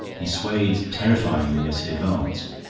he swayed terrifyingly as he advanced.